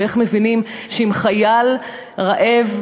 ואיך מבינים שאם חייל רעב,